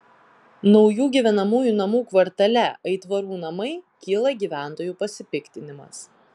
naujų gyvenamųjų namų kvartale aitvarų namai kyla gyventojų pasipiktinimas